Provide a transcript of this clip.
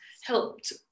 helped